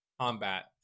combat